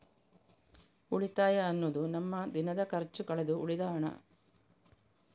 ಉಳಿತಾಯ ಅನ್ನುದು ನಮ್ಮ ದಿನದ ಖರ್ಚು ಕಳೆದು ಉಳಿದ ಹಣ